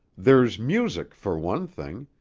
there's music, for one thing,